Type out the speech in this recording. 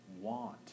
want